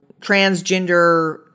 transgender